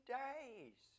days